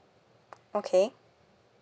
okay